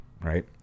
right